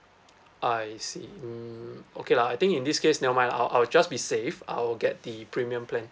I see um okay lah I think in this case nevermind lah I'll I'll just be saved I'll get the premium plan